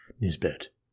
Nisbet